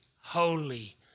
holy